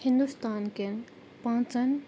ہندستانکٮ۪ن پانٛژن